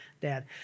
dad